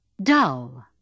Dull